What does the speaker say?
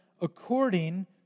according